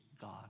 God